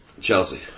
Chelsea